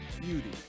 beauty